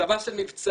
צבא של מבצעים,